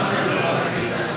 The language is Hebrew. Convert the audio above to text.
חבריי חברי הכנסת,